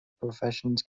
professions